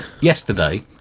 yesterday